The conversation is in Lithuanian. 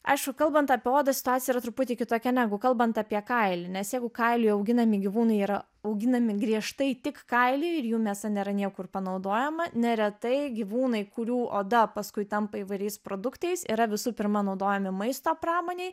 aišku kalbant apie odą situacija yra truputį kitokia negu kalbant apie kailį nes jeigu kailiui auginami gyvūnai yra auginami griežtai tik kailiui ir jų mėsa nėra niekur panaudojama neretai gyvūnai kurių oda paskui tampa įvairiais produktais yra visų pirma naudojami maisto pramonėj